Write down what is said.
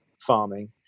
farming